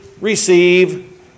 receive